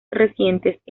recientes